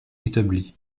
établi